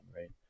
right